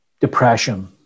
depression